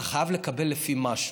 אתה חייב לקבל לפי משהו.